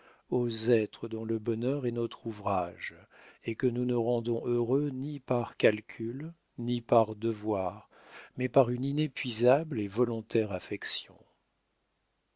aux êtres dont le bonheur est notre ouvrage et que nous ne rendons heureux ni par calcul ni par devoir mais par une inépuisable et volontaire affection